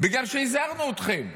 בגלל שהזהרנו אתכם,